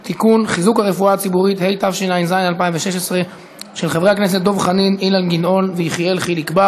28 תומכים, אין מתנגדים, אין נמנעים.